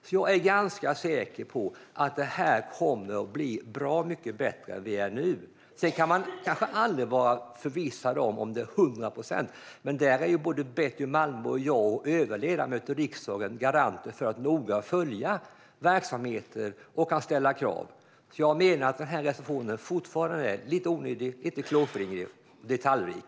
Jag är därför ganska säker på att det här kommer att bli bra mycket bättre än vad det är nu. Man kanske aldrig kan vara förvissad om det till hundra procent, men där är såväl Betty Malmberg som jag och övriga ledamöter i riksdagen garanter för verksamheterna noga följs och att det ställs krav. Jag menar därför fortfarande att den här reservationen är lite onödig, lite klåfingrig och detaljrik.